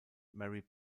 mary